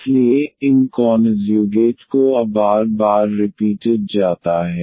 इसलिए इन कॉनज़्यूगेट को अब r बार रिपीटेड जाता है